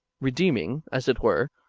redeeming, as it were,